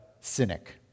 Cynic